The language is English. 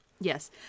yes